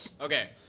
Okay